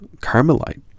Carmelite